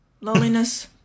Loneliness